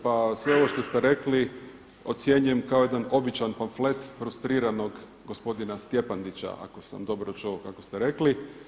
Pa sve ovo što ste rekli ocjenjujem kao jedan običan pamflet frustriranog gospodina Stjepndića ako sam dobro čuo kako ste rekli.